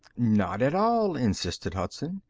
not at all, insisted hudson.